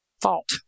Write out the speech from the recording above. fault